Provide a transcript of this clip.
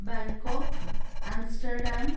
Bangkok Amsterdam